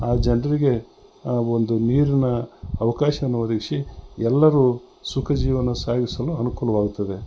ಆ ಜನರಿಗೆ ಒಂದು ನೀರಿನ ಅವಕಾಶವನ್ನು ಒದಗಿಸಿ ಎಲ್ಲರು ಸುಖ ಜೀವನ ಸಾಗಿಸಲು ಅನುಕೂಲವಾಗುತ್ತದೆ